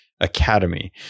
academy